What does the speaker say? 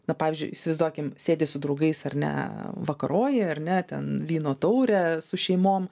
na pavyzdžiui įsivaizduokim sėdi su draugais ar ne vakaroji ar ne ten vyno taurę su šeimom